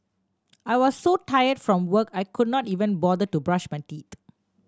I was so tired from work I could not even bother to brush my teeth